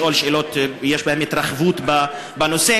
לשאול שאלות שיש בהן הרחבה בנושא,